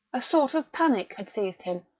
a sort of panic had seized him.